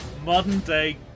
modern-day